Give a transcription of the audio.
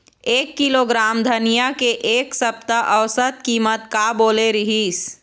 एक किलोग्राम धनिया के एक सप्ता औसत कीमत का बोले रीहिस?